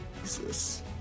Jesus